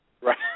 Right